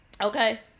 okay